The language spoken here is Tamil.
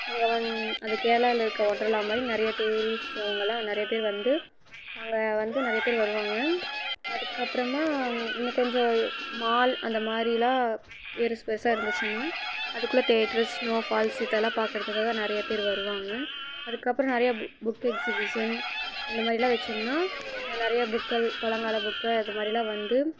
அங்கே வந் அது கேரளாவில் இருக்க வொண்டர்லா மாதிரி நிறைய டூரிஸ்ட் அவங்களாம் நிறைய பேர் வந்து அங்கே வந்து நிறைய பேர் வருவாங்க அதுக்கப்புறமா இங்கே கொஞ்சம் மால் அந்த மாதிரிலாம் பெருசு பெருசாக இருந்துச்சின்னா அதுக்குள்ளே தேட்டர்ஸ் ஸ்னோவ் ஃபால்ஸ் இதெல்லாம் பார்க்கறதுக்காக நிறைய பேர் வருவாங்க அதுக்கப்புறோம் நிறைய புக் புக் எக்சிபிஸன் இந்த மாதிரிலாம் வச்சோம்ன்னா நிறைய புக்கை பழங்கால புக் அதை மாதிரிலாம் வந்து